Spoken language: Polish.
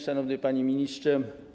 Szanowny Panie Ministrze!